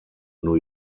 new